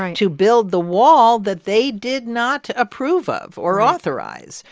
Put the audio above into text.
to build the wall that they did not approve of or authorize.